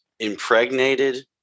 impregnated